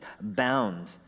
Bound